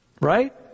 Right